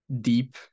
deep